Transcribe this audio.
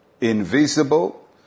invisible